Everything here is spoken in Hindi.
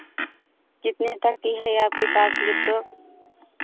कितने तक की है आपके पास लैपटॉप